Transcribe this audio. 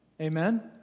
Amen